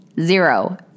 Zero